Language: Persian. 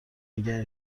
نگه